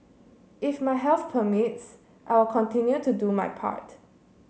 if my health permits I will continue to do my part